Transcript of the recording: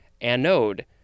anode